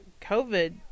COVID